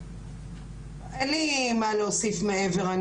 אני, אין לי מה להוסיף מעבר.